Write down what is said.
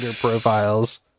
profiles